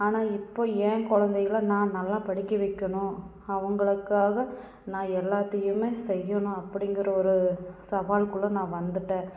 ஆனால் இப்போ என் குழந்தைகள நான் நல்லா படிக்க வைக்கணும் அவங்களுக்காக நான் எல்லாத்தையுமே செய்யணும் அப்படிங்கிற ஒரு சவால்குள்ளே நான் வந்துவிட்டேன்